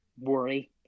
worry